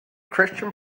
christian